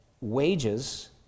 wages